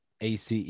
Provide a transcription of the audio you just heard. ACE